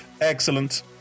Excellent